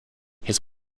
his